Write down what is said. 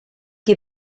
qui